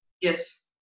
Yes